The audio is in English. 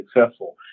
successful